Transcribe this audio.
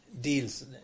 deals